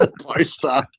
Poster